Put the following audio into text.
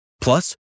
Plus